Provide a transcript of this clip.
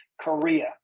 Korea